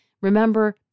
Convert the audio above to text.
Remember